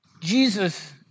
Jesus